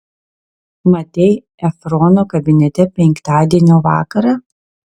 matei efrono kabinete penktadienio vakarą